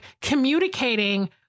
communicating